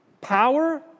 power